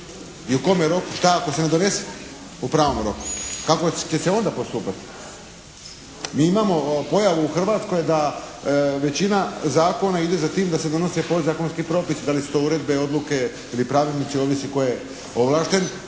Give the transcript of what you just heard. I u kome roku? Šta ako se ne donese u pravom roku? Kako ćete se onda postupati. Mi imamo pojavu u Hrvatskoj da većina zakona ide za tim da se donose podzakonski propisi. Da li su to uredbe, odluke ili pravilnici ovisi tko je ovlašten.